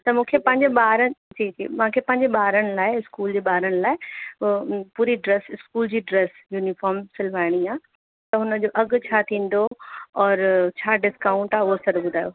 त मूंखे पंहिंजे ॿारनि जी जी मांखे पंहिंजे ॿारनि लाइ स्कूल जे ॿारनि लाइ पूरी ड्रैस स्कूल जी ड्रैस यूनीफ़ोर्म सिलवाइणी आहे त जो अघु छा थींदो और छा डिस्काउंट आहे उहो सॼो ॿुधायो